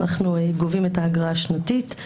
שאנחנו גובים את האגרה השנתית.